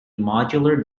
modular